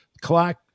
clock